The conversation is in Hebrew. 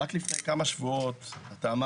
רק לפני כמה שבועות אמרת: